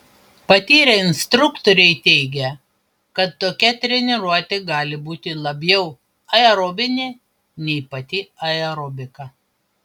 patyrę instruktoriai teigia kad tokia treniruotė gali būti labiau aerobinė nei pati aerobika